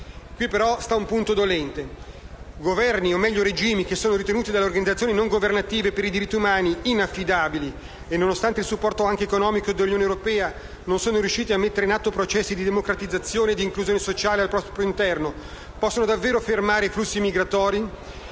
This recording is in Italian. Qui però c'è un punto dolente. Governi, o meglio regimi, che sono ritenuti inaffidabili dalle organizzazioni non governative per i diritti umani e che, nonostante il supporto - anche economico - dell'Unione europea, non sono riusciti a mettere in atto processi di democratizzazione e di inclusione sociale al proprio interno, possono davvero fermare i flussi migratori?